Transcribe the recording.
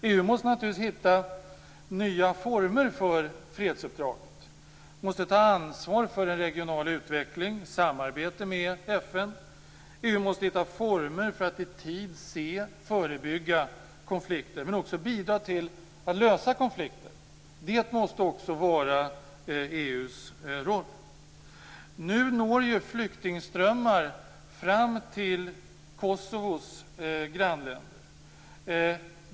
EU måste naturligtvis hitta nya former för fredsuppdraget, måste ta ansvar för en regional utveckling och samarbete med FN. EU måste hitta former för att i tid se och förebygga konflikter men också bidra till att lösa konflikter. Det måste också vara EU:s roll. Nu når flyktingströmmar fram till Kosovos grannländer.